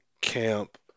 Camp